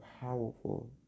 powerful